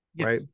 right